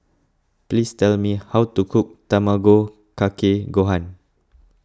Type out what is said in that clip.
please tell me how to cook Tamago Kake Gohan